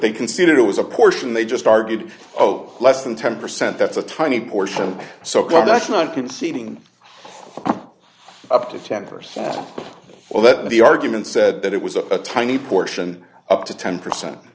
they conceded it was a portion they just argued oh less than ten percent that's a tiny portion so clear that's not conceding up to ten percent well that the argument said that it was a tiny portion up to ten percent